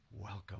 Welcome